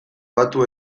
batu